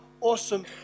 awesome